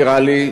נראה לי,